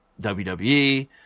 WWE